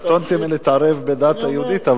קטונתי מלהתערב בדת היהודית,